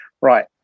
right